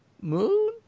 moon